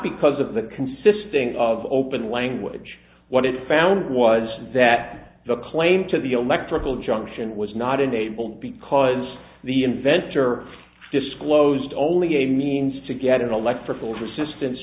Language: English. because of the consisting of open language what it found was that the claim to the electrical junction was not enabled because the inventor disclosed only a means to get an electrical resistance